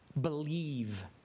believe